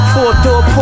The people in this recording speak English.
Four-door